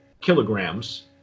kilograms